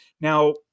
Now